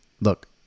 Look